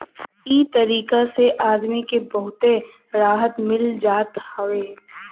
इ तरीका से आदमी के बहुते राहत मिल जात हवे